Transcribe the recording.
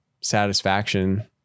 satisfaction